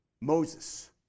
Moses